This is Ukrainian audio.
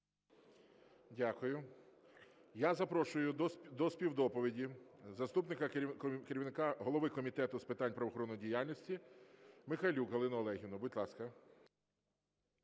Дякую. Я запрошую до співдоповіді заступника керівника голови Комітету з питань правоохоронної діяльності Михайлюк Галину Олегівну, будь ласка.